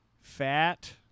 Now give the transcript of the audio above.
fat